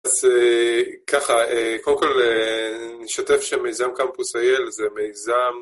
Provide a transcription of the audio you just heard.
אז ככה, קודם כל נשתף שמיזם capmus il, זה מיזם